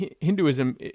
hinduism